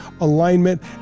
alignment